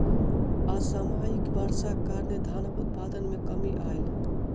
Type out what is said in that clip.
असामयिक वर्षाक कारणें धानक उत्पादन मे कमी आयल